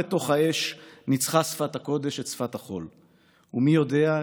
בתוך האש ניצחה שפת הקודש את שפת החול / ומי יודע,